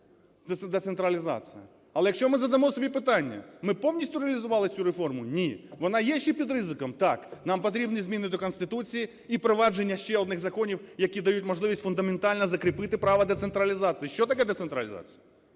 це децентралізація. Але, якщо ми задамо собі питання: ми повністю реалізували цю реформу? Ні. Вона є ще під ризиком? Так. Нам потрібні зміни до Конституції і провадження ще одних законів, які дають можливість фундаментально закріпити право децентралізації. Що таке децентралізація?